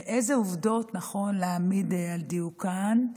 ואילו עובדות נכון להעמיד על דיוקן?